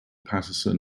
patterson